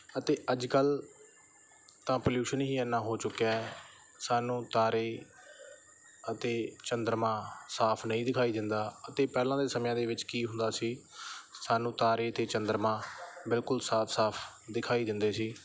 ਅਤੇ ਅੱਜ ਕੱਲ੍ਹ ਤਾਂ ਪੋਲਿਊਸ਼ਨ ਹੀ ਇੰਨਾ ਹੋ ਚੁੱਕਿਆ ਹੈ ਸਾਨੂੰ ਤਾਰੇ ਅਤੇ ਚੰਦਰਮਾ ਸਾਫ਼ ਨਹੀਂ ਦਿਖਾਈ ਦਿੰਦਾ ਅਤੇ ਪਹਿਲਾਂ ਦੇ ਸਮਿਆਂ ਦੇ ਵਿੱਚ ਕੀ ਹੁੰਦਾ ਸੀ ਸਾਨੂੰ ਤਾਰੇ ਅਤੇ ਚੰਦਰਮਾ ਬਿਲਕੁਲ ਸਾਫ਼ ਸਾਫ਼ ਦਿਖਾਈ ਦਿੰਦੇ ਸੀ